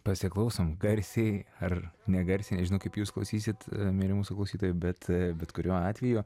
pasiklausom garsiai ar negarsiai nežinau kaip jūs klausysit mieli mūsų klausytojai bet bet kuriuo atveju